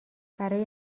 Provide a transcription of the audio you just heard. برای